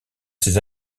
ses